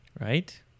right